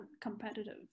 competitive